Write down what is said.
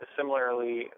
Similarly